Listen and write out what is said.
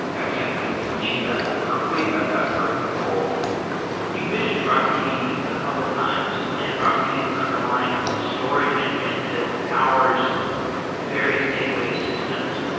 i can't say we've achieved that goal perfectly, but that's certainly the goal you've mentioned rocksdb a ah couple times, and rocksdb is an underlying storage engine that powers various database systems.